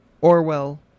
Orwell